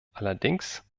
allerdings